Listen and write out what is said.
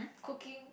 cooking